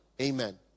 Amen